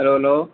hello